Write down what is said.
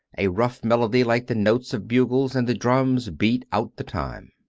a rough melody like the notes of bugles, and the drums beat out the time.